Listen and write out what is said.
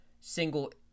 single